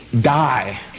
die